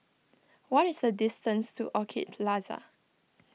what is the distance to Orchid Plaza